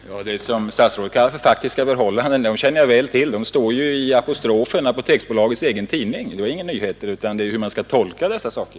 Herr talman! Det som statsrådet nu kallar för faktiska förhållanden kände jag väl till. De står ju i Apoteksbolagets egen tidning Apostrofen. Det är inga nyheter. Frågan är hur man skall tolka dessa saker.